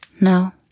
No